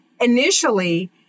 initially